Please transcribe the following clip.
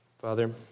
Father